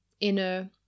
inner